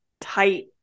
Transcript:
tight